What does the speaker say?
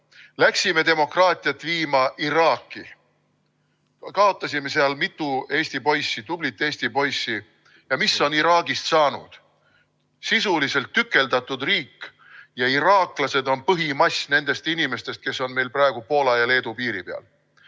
Läksime demokraatiat viima Iraaki. Kaotasime seal mitu Eesti poissi, tublit Eesti poissi. Ja mis on Iraagist saanud? Sisuliselt tükeldatud riik, ja iraaklased on põhimass nendest inimestest, kes on meil praegu Poola ja Leedu piiri peal.